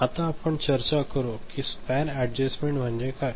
आता आपण चर्चा करू कि स्पॅन अॅडजस्टमेन्ट म्हणजे काय